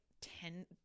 ten